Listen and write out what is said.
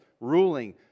ruling